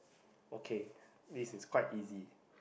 okay this is quite easy